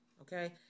Okay